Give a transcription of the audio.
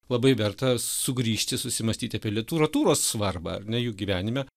labai verta sugrįžti susimąstyti apie literatūros svarbą ar ne jų gyvenime